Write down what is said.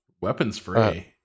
Weapons-free